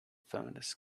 feminist